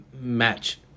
match